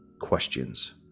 questions